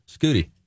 Scooty